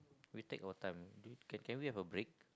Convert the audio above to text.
we talk our time can can we have a break